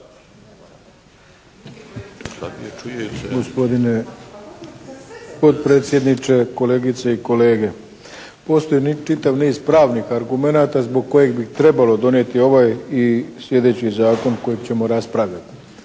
Gospodine potpredsjedniče, kolegice i kolege. Postoji čitav niz pravnih argumenata zbog kojeg bi trebalo donijeti ovaj i sljedeći zakon kojeg ćemo raspravljati.